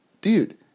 dude